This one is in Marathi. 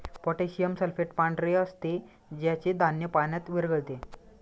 पोटॅशियम सल्फेट पांढरे असते ज्याचे धान्य पाण्यात विरघळते